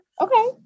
Okay